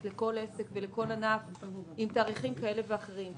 לכל עסק ולכל ענף עם תאריכים כאלה ואחרים.